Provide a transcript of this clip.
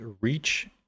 reach